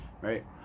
right